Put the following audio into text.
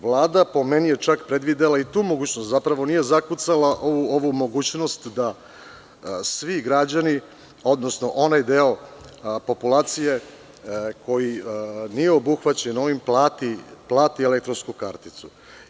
Vlada je predvidela tu mogućnost, zapravo nije zakucala mogućnost da svi građani odnosno onaj deo populacije koji nije obuhvaćen da plati elektronsku karticu.